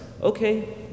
Okay